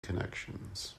connections